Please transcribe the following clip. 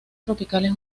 tropicales